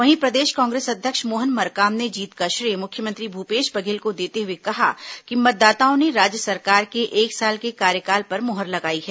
वहीं प्रदेश कांग्रेस अध्यक्ष मोहन मरकाम ने जीत का श्रेय मुख्यमंत्री भूपेश बघेल को देते हुए कहा कि मतदाताओं ने राज्य सरकार के एक साल के कार्यकाल पर मुहर लगाई है